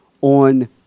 on